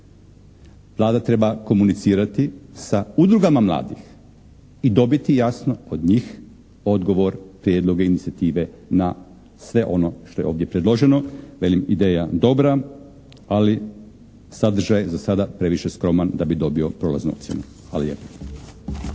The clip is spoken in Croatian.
Vlada treba komunicirati sa udrugama mladih i dobiti jasno od njih odgovor, prijedloge inicijative na sve ono što je ovdje predloženo. Velim ideja je dobra, ali sadržaj je za sada previše skroman da bi dobio prolaznu ocjenu. Hvala lijepa.